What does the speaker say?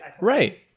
Right